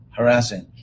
Harassing